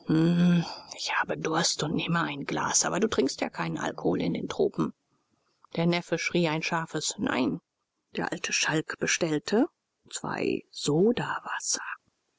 ich habe durst und nehme ein glas aber du trinkst ja keinen alkohol in den tropen der neffe schrie ein scharfes nein der alte schalk bestellte zwei sodawasser